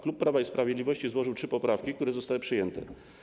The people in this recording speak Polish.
Klub Prawa i Sprawiedliwości złożył trzy poprawki, które zostały przyjęte.